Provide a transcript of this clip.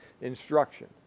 instruction